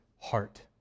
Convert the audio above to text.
heart